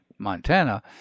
Montana